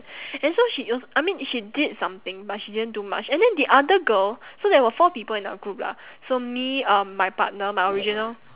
and so she was I mean she did something but she didn't do much and then the other girl so there were four people in our group lah so me um my partner my original